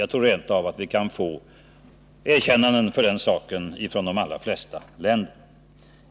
Jag tror rent av att vi kan få erkännande för den saken från de allra flesta länder.